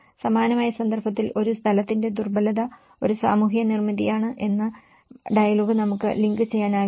സമാനമായ സന്ദർഭത്തിൽ ഒരു സ്ഥലത്തിന്റെ ദുർബലത ഒരു സാമൂഹിക നിർമ്മിതിയാണ് എന്ന ഡയലോഗ് നമുക്ക് ലിങ്ക് ചെയ്യാനാകില്ലേ